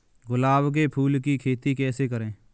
गुलाब के फूल की खेती कैसे करें?